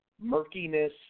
murkiness